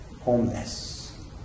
homeless